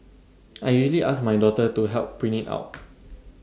I usually ask my daughter to help print IT out